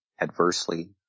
adversely